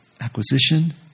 Acquisition